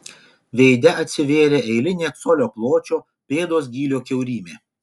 veide atsivėrė eilinė colio pločio pėdos gylio kiaurymė